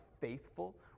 faithful